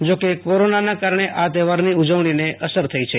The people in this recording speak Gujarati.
જો કે કોરોનાના કારણે આ તહેવારની ઉજવણીને અસર થઈ છે